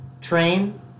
Train